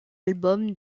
album